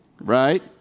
Right